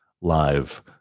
live